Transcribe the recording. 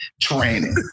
training